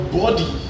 body